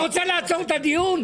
אתה רוצה לעצור את הדיון?